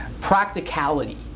Practicality